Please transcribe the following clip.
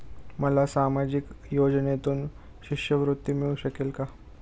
मला सामाजिक योजनेतून शिष्यवृत्ती मिळू शकेल का?